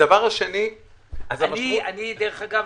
הדבר השני -- דרך אגב,